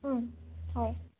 হয়